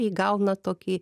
įgauna tokį